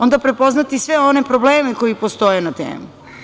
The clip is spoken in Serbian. Onda prepoznati sve one probleme koji postoje na temu.